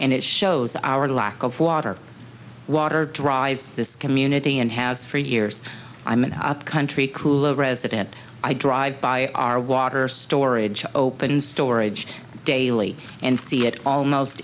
and it shows our lack of water water drives this community and has for years i'm an up country cool resident i drive by our water storage open storage daily and see it almost